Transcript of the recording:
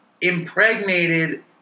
impregnated